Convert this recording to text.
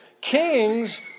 Kings